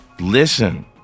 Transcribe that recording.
listen